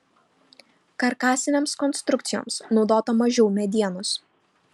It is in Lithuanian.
karkasinėms konstrukcijoms naudota mažiau medienos